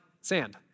sand